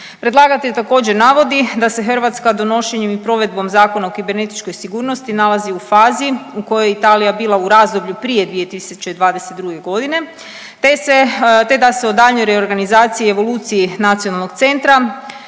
Predlagatelj također navodi da se Hrvatska donošenjem i provedbom Zakona o kibernetičkoj sigurnosti nalazi u fazi u kojoj je Italija bila u razdoblju prije 2022.g. te da se o daljnjoj reorganizaciji i evoluciji nacionalnog centra